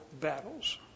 battles